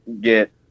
get